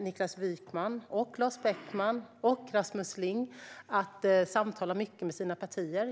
Niklas Wykman, Lars Beckman och Rasmus Ling att samtala mycket med sina partier.